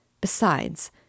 Besides